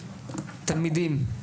תלמידים,